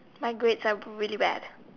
my grades are really bad